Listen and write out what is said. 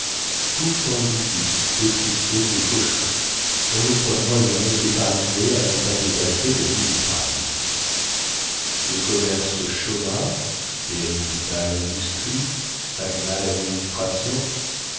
tout andouilly pétrissait des cochons dont le poids moyen était arrivé à ne pas dépasser un milligramme le commerce chôma périclita lindustrie stagna ladministration